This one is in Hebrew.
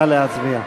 נא להצביע.